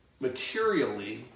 materially